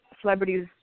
celebrities